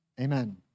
Amen